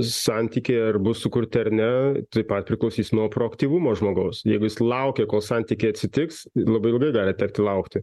santykiai ar bus sukurti ar ne taip pat priklausys nuo proaktyvumo žmogaus jeigu jis laukia kol santykiai atsitiks labai ilgai gali tekti laukti